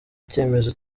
icyemezo